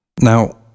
Now